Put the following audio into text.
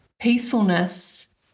peacefulness